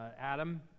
Adam